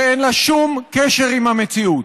שאין לה שום קשר עם המציאות,